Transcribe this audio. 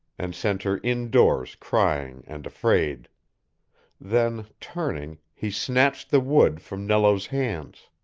and sent her indoors crying and afraid then, turning, he snatched the wood from nello's hands.